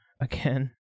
again